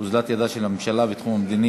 בל"ד וחד"ש: אוזלת ידה של הממשלה בתחום המדיני,